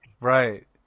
Right